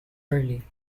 early